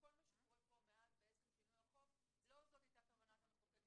כל מה שקורה פה מאז שינוי החוק לא זאת הייתה כוונת המחוקק.